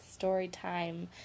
Storytime